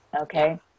Okay